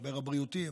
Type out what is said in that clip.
המשבר הבריאותי,